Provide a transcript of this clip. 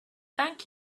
thank